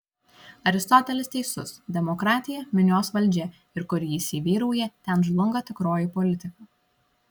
aristotelis teisus demokratija minios valdžia ir kur ji įsivyrauja ten žlunga tikroji politika